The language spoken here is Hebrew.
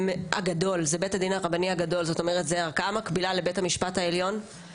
מאז כל הדיבורים על הרפורמה המשפטית הביטחון שלי במרחב שואף לאפס.